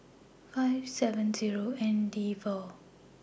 five seven Zero N D four